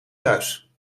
thuis